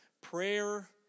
prayer